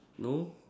no